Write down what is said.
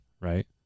right